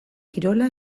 kirola